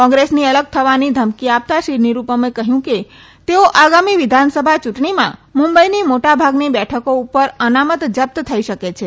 કોંગ્રેસની અલગ થવાની ઘમકી આપતા શ્રી નિરૂપમે કહ્યું કે તેઓ આગામી વિઘાનસભા ચુંટણીમાં મુંબઇની મોટાભાગની બેઠકો ઉપર અમાનત જપ્ત થઇ શકે છે